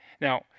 Now